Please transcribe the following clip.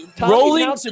rolling